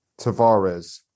Tavares